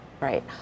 Right